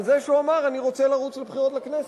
על זה שהוא אמר אני רוצה לרוץ לבחירות לכנסת,